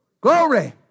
glory